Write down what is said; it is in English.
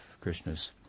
krishna's